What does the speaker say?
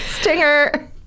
Stinger